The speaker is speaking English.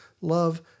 Love